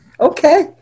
Okay